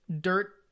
dirt